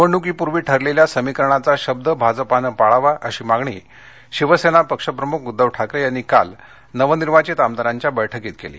निवडणुकीपूर्वी ठरलेल्या समीकरणाचा शब्द भाजपानं पाळावा अशी मागणी शिवसेना प्रमुख उद्दव ठाकरे यांनी काल नवनिर्वाधित आमदारांच्या बैठकीत केली